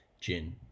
gin